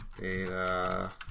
Data